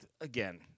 again